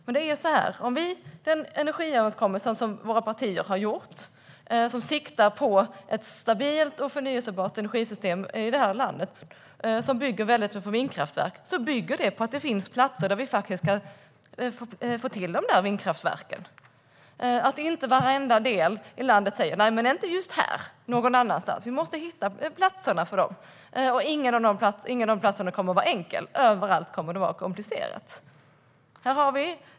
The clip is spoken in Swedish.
Men det är så här: Energiöverenskommelsen, som våra partier har gjort och som siktar på ett stabilt och förnybart energisystem i det här landet som bygger mycket på vindkraftverk, bygger på att det finns platser där vi faktiskt kan få till de vindkraftverken. Den bygger på att inte varenda del av landet säger: "Nej, men inte just här! Någon annanstans!" Vi måste hitta platserna, och ingen av de platserna kommer att vara enkel. Överallt kommer det att vara komplicerat.